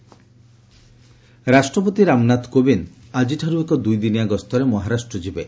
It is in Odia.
ପ୍ରେକ୍ ମହାରାଷ୍ଟ୍ର ରାଷ୍ଟ୍ରପତି ରାମନାଥ କୋବିନ୍ଦ ଆଜିଠାରୁ ଏକ ଦୁଇଦିନିଆ ଗସ୍ତରେ ମହାରାଷ୍ଟ୍ର ଯିବେ